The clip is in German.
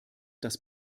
das